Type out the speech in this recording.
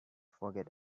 forget